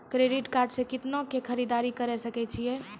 Credit card से कितना के खरीददारी करे सकय छियै?